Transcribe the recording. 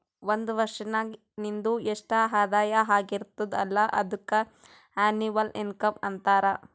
ಒಂದ್ ವರ್ಷನಾಗ್ ನಿಂದು ಎಸ್ಟ್ ಆದಾಯ ಆಗಿರ್ತುದ್ ಅಲ್ಲ ಅದುಕ್ಕ ಎನ್ನವಲ್ ಇನ್ಕಮ್ ಅಂತಾರ